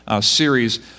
series